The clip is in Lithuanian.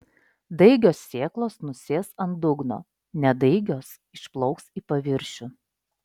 daigios sėklos nusės ant dugno nedaigios išplauks į paviršių